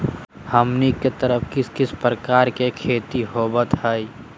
हमनी के तरफ किस किस प्रकार के खेती होवत है?